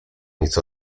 nic